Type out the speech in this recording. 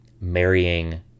marrying